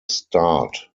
start